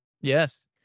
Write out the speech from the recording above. yes